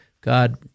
God